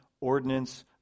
ordinance